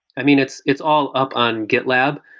i mean, it's it's all up on gitlab,